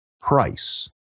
price